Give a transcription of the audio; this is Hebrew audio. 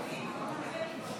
ההצבעה.